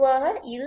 பொதுவாக இது